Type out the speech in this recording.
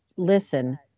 Listen